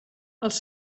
els